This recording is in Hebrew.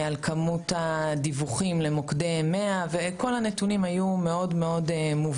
על כמות הדיווחים למוקדי 100. וכל הנתונים היו מובהקים